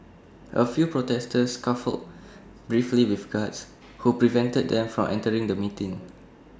A few protesters scuffled briefly with guards who prevented them from entering the meeting